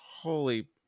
holy